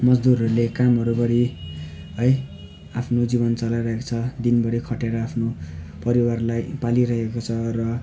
मजदुरहरूले कामहरू गरी है आफ्नो जीवन चलाइरहेको छ दिनभरि खटेर आफ्नो परिवारलाई पालिरहेको छ र